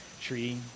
tree